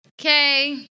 okay